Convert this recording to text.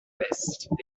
vez